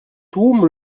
tłum